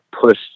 push